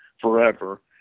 forever